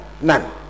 none